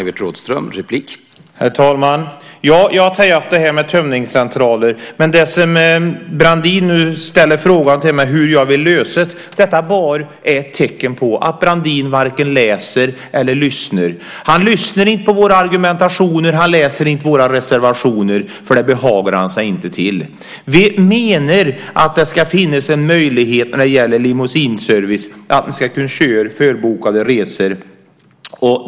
Herr talman! Jag tog upp frågan om tömningscentraler. Brandin ställer nu frågan till mig hur jag vill lösa det. Detta är bara ett tecken på att Brandin varken läser eller lyssnar. Han lyssnar inte på våra argumentationer, och han läser inte våra reservationer. Det behagar han inte göra. Vi menar att det ska finnas en möjlighet för limousineservice att köra förbokade resor.